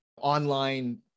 online